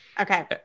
okay